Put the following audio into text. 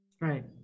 Right